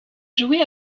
joué